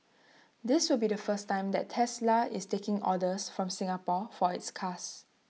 this will be the first time that Tesla is taking orders from Singapore for its cars